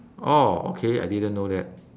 oh okay I didn't know that